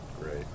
Great